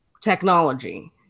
Technology